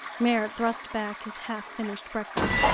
merrit thrust back his half-finished breakfast.